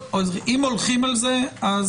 אתם אומרים שאם הולכים על זה --- מוטב